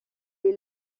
est